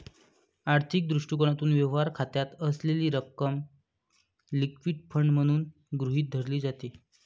आर्थिक दृष्टिकोनातून, व्यवहार खात्यात असलेली रक्कम लिक्विड फंड म्हणून गृहीत धरली जाते